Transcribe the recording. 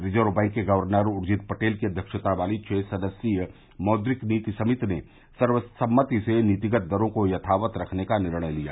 reserve bank के governor उजिंत पटेल की अध्यक्षता वाली छह सदस्थीय मौद्रिक नीति समिति ने सर्वसम्मति से नीतिगत दरों को यथावत रखने का निर्णय लिया